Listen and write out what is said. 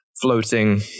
floating